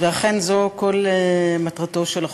ואכן, זאת כל מטרתו של החוק,